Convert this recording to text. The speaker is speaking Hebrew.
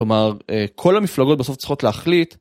כלומר כל המפלגות בסוף צריכות להחליט.